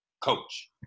coach